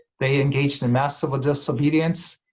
they engaged in a mass civil disobedience,